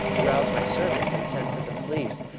arouse my servants and send for the police.